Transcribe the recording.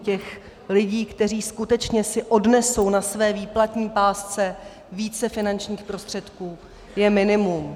Těch lidí, kteří si skutečně odnesou na své výplatní pásce více finančních prostředků, je minimum.